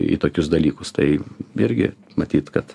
į tokius dalykus tai irgi matyt kad